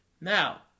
Now